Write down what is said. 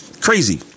crazy